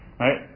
Right